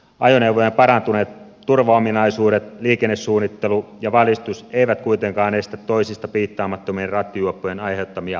ajoneuvojen parantuneet turvaominaisuudet liikennesuunnittelu ja valistus eivät kuitenkaan estä toisista piittaamattomien rattijuoppojen aiheuttamia onnettomuuksia